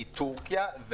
לטורקיה,